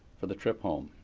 for the trip home.